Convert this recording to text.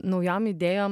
naujom idėjom